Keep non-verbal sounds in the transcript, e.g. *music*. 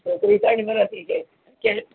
ચોત્રી કાંય નહીં વર્ષ થઇ ગયાં *unintelligible*